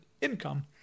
income